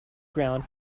ground